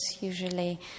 usually